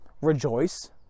rejoice